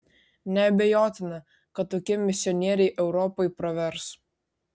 neabejotina kad tokie misionieriai europai pravers